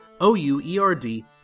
O-U-E-R-D